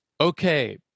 okay